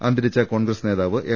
അന്തരിച്ച കോൺഗ്രസ് നേതാവ് എം